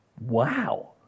Wow